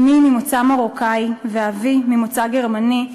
אמי ממוצא מרוקאי ואבי ממוצא גרמני,